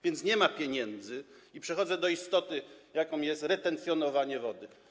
Więc nie ma pieniędzy i przechodzę do istoty, jaką jest retencjonowanie wody.